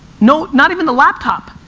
not not even the laptop.